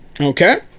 okay